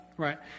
Right